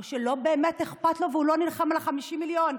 או שלא באמת אכפת לו והוא לא נלחם על ה-50 מיליון?